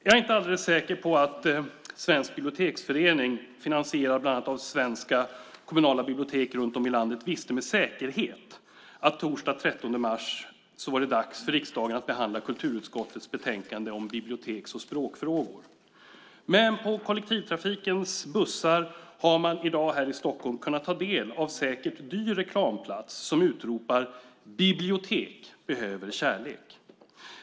Jag är inte alldeles säker på att Svensk Biblioteksförening, finansierad bland annat av svenska kommunala bibliotek runt om i landet, visste med säkerhet att det torsdagen den 13 mars var dags för riksdagen att behandla kulturutskottets betänkande om biblioteks och språkfrågor. Men på kollektivtrafikens bussar har man i dag här i Stockholm kunnat ta del av en säkert dyr reklamplats som utropar: Bibliotek behöver kärlek.